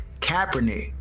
Kaepernick